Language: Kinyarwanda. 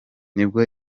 nibwo